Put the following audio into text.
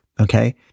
Okay